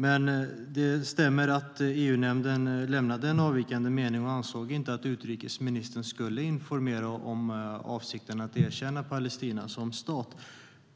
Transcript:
Men det stämmer att EU-nämnden lämnade en avvikande mening och inte ansåg att utrikesministern skulle informera om avsikten att erkänna Palestina som stat. Detta